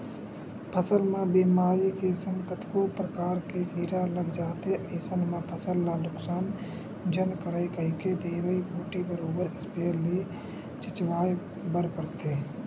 फसल म बेमारी के संग कतको परकार के कीरा लग जाथे अइसन म फसल ल नुकसान झन करय कहिके दवई बूटी बरोबर इस्पेयर ले छिचवाय बर परथे